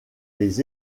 les